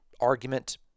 argument